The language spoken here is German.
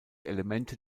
elemente